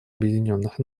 объединенных